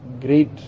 great